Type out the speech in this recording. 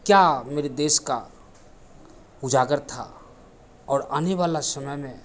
क्या मेरे देश का उजागर था और आने वाले समय में